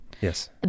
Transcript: Yes